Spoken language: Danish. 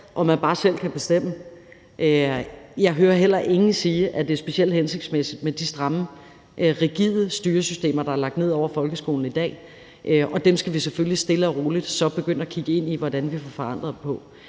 at man bare selv kan bestemme. Jeg hører heller ingen sige, at det er specielt hensigtsmæssigt med de stramme, rigide styresystemer, der er lagt ned over folkeskolen i dag. Dem skal vi selvfølgelig stille og roligt så begynde at kigge på hvordan vi får forandret.